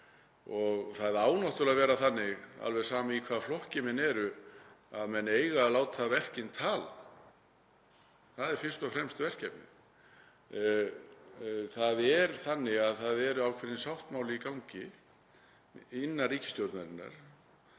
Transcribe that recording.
Það á náttúrlega að vera þannig, alveg sama í hvaða flokki menn eru, að menn eiga að láta verkin tala. Það er fyrst og fremst verkefnið. Það er ákveðinn sáttmáli í gangi innan ríkisstjórnarinnar